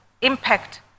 impact